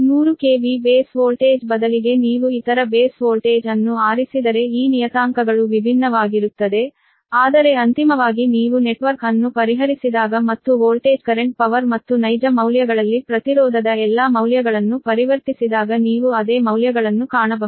100 KV base voltage ಬದಲಿಗೆ ನೀವು ಇತರ ಬೇಸ್ ವೋಲ್ಟೇಜ್ ಅನ್ನು ಆರಿಸಿದರೆ ಈ ನಿಯತಾಂಕಗಳು ವಿಭಿನ್ನವಾಗಿರುತ್ತದೆ ಆದರೆ ಅಂತಿಮವಾಗಿ ನೀವು ನೆಟ್ವರ್ಕ್ ಅನ್ನು ಪರಿಹರಿಸಿದಾಗ ಮತ್ತು ವೋಲ್ಟೇಜ್ ಕರೆಂಟ್ ಪವರ್ ಮತ್ತು ನೈಜ ಮೌಲ್ಯಗಳಲ್ಲಿ ಪ್ರತಿರೋಧದ ಎಲ್ಲಾ ಮೌಲ್ಯಗಳನ್ನು ಪರಿವರ್ತಿಸಿದಾಗ ನೀವು ಅದೇ ಮೌಲ್ಯಗಳನ್ನು ಕಾಣಬಹುದು